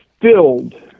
filled